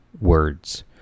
words